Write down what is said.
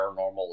paranormal